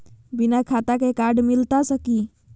बिना खाता के कार्ड मिलता सकी?